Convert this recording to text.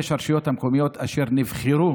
25 הרשויות המקומיות אשר נבחרו"